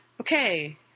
okay